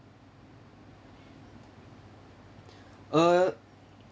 uh